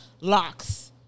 locks